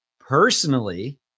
Personally